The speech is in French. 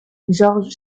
george